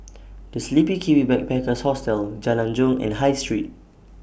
The Sleepy Kiwi Backpackers Hostel Jalan Jong and High Street